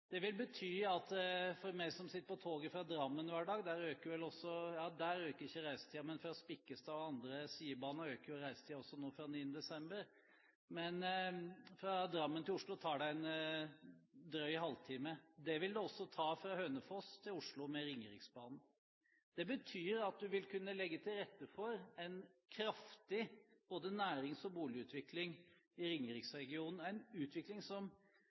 Ringeriksbanen vil forkorte distansen mellom Oslo og Hønefoss med en snau time. For oss som sitter på toget fra Drammen hver dag, øker ikke reisetiden, men fra Spikkestad og andre sidebaner øker reisetiden også nå fra 9. desember. Men fra Drammen til Oslo tar det en drøy halvtime. Det vil det også ta fra Hønefoss til Oslo med Ringeriksbanen. Det betyr at en vil kunne legge til rette for en kraftig både næringsutvikling og boligutvikling i Ringeriksregionen, en utvikling både statsråden, regjeringen og vi som